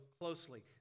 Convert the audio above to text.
closely